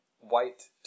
White